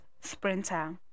sprinter